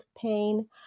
pain